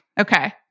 Okay